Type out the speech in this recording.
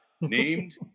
named